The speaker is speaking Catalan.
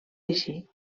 així